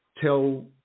tell